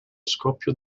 scoppio